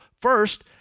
First